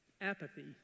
apathy